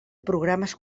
programes